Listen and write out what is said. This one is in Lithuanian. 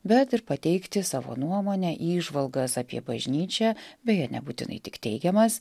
bet ir pateikti savo nuomonę įžvalgas apie bažnyčią beje nebūtinai tik teigiamas